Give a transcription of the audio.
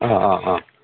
ꯑꯥ ꯑꯥ ꯑꯥ